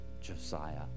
Josiah